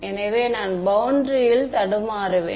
எனவே நான் பௌண்டரியில் தடுமாறுவேன்